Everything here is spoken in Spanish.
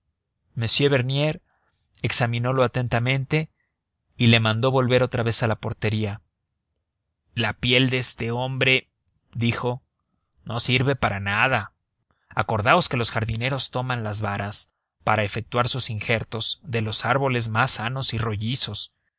m bernier examinolo atentamente y le mandó volver otra vez a la portería la piel de este hombre dijo no sirve para nada acordaos que los jardineros toman las varas para efectuar sus injertos de los árboles más sanos y rollizos